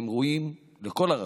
הם ראויים לכל ההערכה,